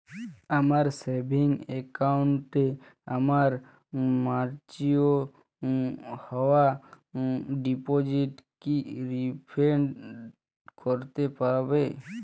আমার সেভিংস অ্যাকাউন্টে আমার ম্যাচিওর হওয়া ডিপোজিট কি রিফ্লেক্ট করতে পারে?